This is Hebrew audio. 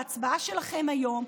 בהצבעה שלכם היום,